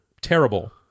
terrible